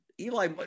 Eli